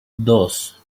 dos